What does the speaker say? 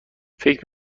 فکر